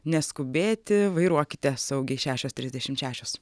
neskubėti vairuokite saugiai šešios trisdešimt šešios